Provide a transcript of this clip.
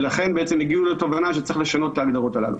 ולכן בעצם הגיעו לתובנה שצריך לשנות את הגדרות הללו.